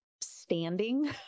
standing